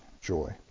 joy